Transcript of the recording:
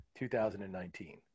2019